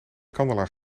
kandelaar